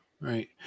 Right